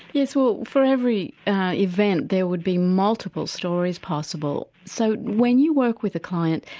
yes, well, for every event there would be multiple stories possible, so when you work with a client,